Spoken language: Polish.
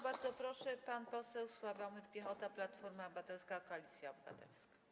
Bardzo proszę, pan poseł Sławomir Piechota, Platforma Obywatelska - Koalicja Obywatelska.